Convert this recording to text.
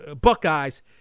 Buckeyes